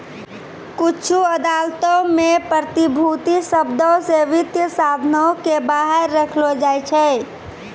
कुछु अदालतो मे प्रतिभूति शब्दो से वित्तीय साधनो के बाहर रखलो जाय छै